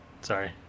sorry